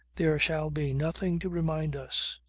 there shall be nothing to remind us.